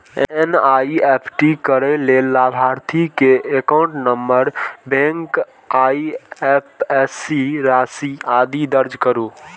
NEFT करै लेल लाभार्थी के एकाउंट नंबर, बैंक, आईएपएससी, राशि, आदि दर्ज करू